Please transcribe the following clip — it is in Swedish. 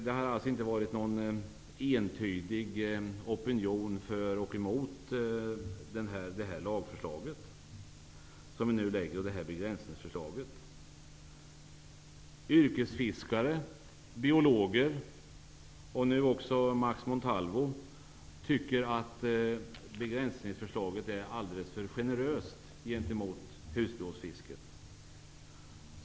Det har alltså inte varit någon entydig opinion för och emot det här lagförslaget och begränsningsförslaget som vi nu lägger fram. Yrkesfiskare, biologer och nu också Max Montalvo tycker att begränsningsförslaget är alldeles för generöst gentemot husbehovsfisket.